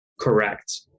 Correct